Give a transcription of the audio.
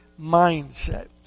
mindset